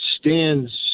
stands